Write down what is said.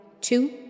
two